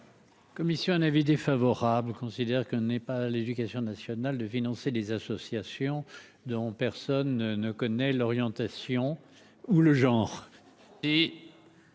Commission un avis défavorable, considère que n'est pas l'éducation nationale, de financer des associations dont personne ne connaît l'orientation ou le genre.